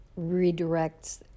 redirects